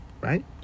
Right